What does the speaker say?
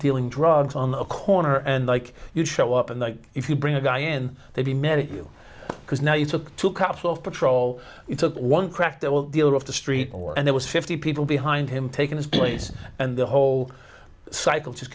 dealing drugs on a corner and like you show up and if you bring a guy in they'd be mad if you because now you took two cups of patrol you took one crack that will deal of the street or and there was fifty people behind him taking his place and the whole cycle just